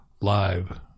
live